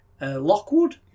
Lockwood